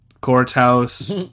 Courthouse